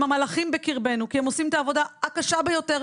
המלאכים בקרבנו כי הם עושים את העבודה הקשה ביותר,